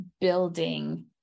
building